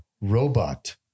robot